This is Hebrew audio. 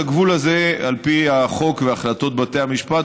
את הגבול הזה על פי החוק והחלטות בתי המשפט